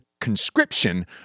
conscription